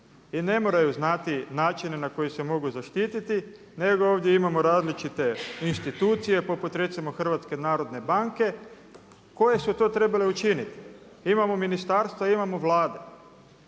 i ne moraju znati načine na koje se mogu zaštititi nego ovdje imamo različite institucije poput recimo HNB-a koje su to trebale učiniti. Imamo ministarstvo i imamo Vladu.